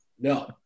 no